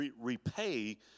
repay